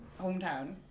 hometown